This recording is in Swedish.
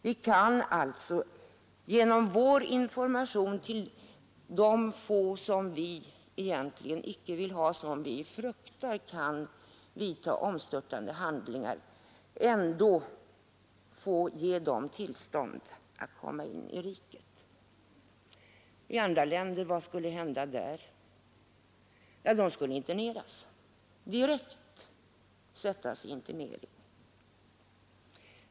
Vi kan alltså genom information till de få, som vi egentligen icke vill ha hit och som vi fruktar kan vidta omstörtande handlingar, klargöra att de ändå kan få tillstånd att komma in i riket. I andra länder — vad skulle hända där? De skulle interneras, direkt sättas i internering.